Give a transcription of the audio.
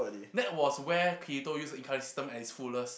that was where Kirito use the incarnate system at its fullest